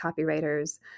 copywriters